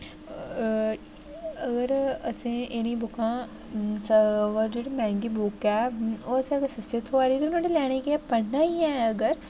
अगर असें इनें गी बुकां च जेह्ड़ी मैह्ंगी बुक ऐ ओह् असें गी अगर सस्ती थ्होंऐ दी ऐ ते लैने गी केह् ऐ पढ़ना ही ऐ अगर